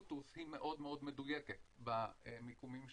היא מאוד מאוד מדויקת במיקומים שלה,